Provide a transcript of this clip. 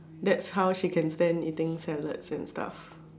thats how she can stand eating salad and stuff